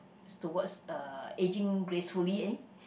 towards uh ageing gracefully eh